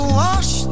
wash